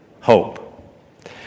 hope